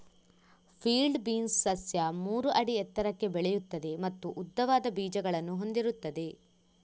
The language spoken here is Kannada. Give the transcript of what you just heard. ಫೀಲ್ಡ್ ಬೀನ್ಸ್ ಸಸ್ಯ ಮೂರು ಅಡಿ ಎತ್ತರಕ್ಕೆ ಬೆಳೆಯುತ್ತದೆ ಮತ್ತು ಉದ್ದವಾದ ಬೀಜಗಳನ್ನು ಹೊಂದಿರುತ್ತದೆ